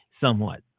somewhat